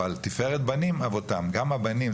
אבל "ְתִפְאֶ֖רֶת בָּנִ֣ים אֲבוֹתָֽם" זאת אומרת גם הבנים,